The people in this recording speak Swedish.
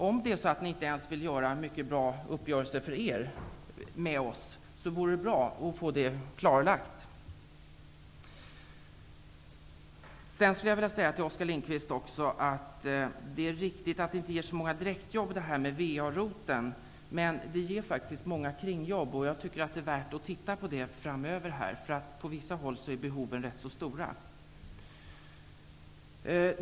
Om ni inte vill träffa en för er bra uppgörelse med oss, vore det angeläget att få detta klarlagt. Till Oskar Lindkvist skulle jag också vilja säga att det är riktigt att ett VA--ROT-program inte ger så många direktjobb. Men det skulle faktiskt ge en del kringjobb. Det vore i alla fall värt att se på förslaget. På vissa håll är behoven rätt så stora.